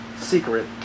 secret